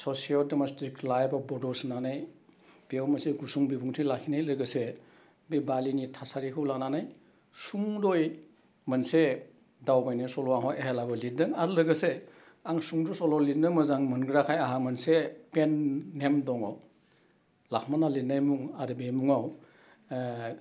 ससिअ' domestic life of Bodos होन्नानै बेयाव मोनसे गुसुं बिबुंथि लाखिनाय लोगोसे बे बालिनि थासारिखौ लानानै सुंद'यै मोनसे दावबायनाय सल' हय हेलाबो लिरदों आरो लोगोसे आं सुंद' सल' लिरनो मोजां मोनग्राखाय आहा मोनसे पेन नेम दङ लाखुमाना लिरनाय मुं आरो बे मुङाव